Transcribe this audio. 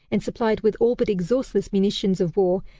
and supplied with all but exhaustless munitions of war,